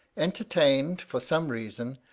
entertained, for some reason,